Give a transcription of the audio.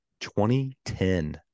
2010